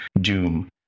doom